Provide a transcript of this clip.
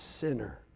sinner